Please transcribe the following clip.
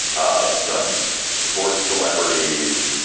ah some sports celebrities,